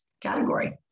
category